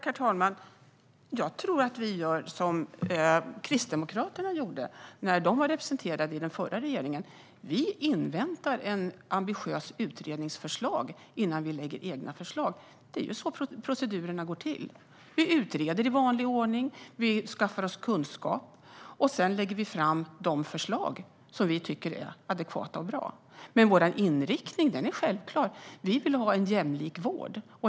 Herr talman! Jag tror att vi gör som Kristdemokraterna gjorde när de var representerade i den förra regeringen: Vi inväntar ett ambitiöst utredningsförslag innan vi lägger fram egna förslag. Det är så procedurerna går till. Vi utreder i vanlig ordning, vi skaffar oss kunskap och sedan lägger vi fram de förslag som vi tycker är adekvata och bra. Men vår inriktning är självklar: Vi vill ha en jämlik vård.